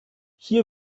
hier